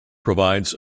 provides